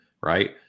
right